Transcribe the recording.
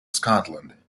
scotland